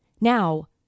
Now